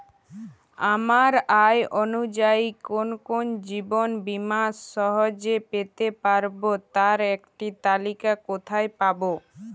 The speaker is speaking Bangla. আমার আয় অনুযায়ী কোন কোন জীবন বীমা সহজে পেতে পারব তার একটি তালিকা কোথায় পাবো?